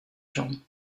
zon